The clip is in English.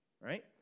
right